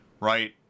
right